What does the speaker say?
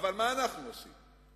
אבל מה אנו עושים?